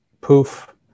poof